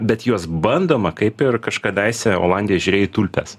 bet juos bndoma kaip ir kažkadaise olandijoj žiūrėjo į tulpes